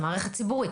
זו מערכת ציבורית.